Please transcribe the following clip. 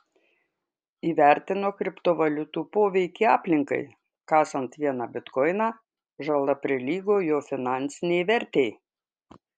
įvertino kriptovaliutų poveikį aplinkai kasant vieną bitkoiną žala prilygo jo finansinei vertei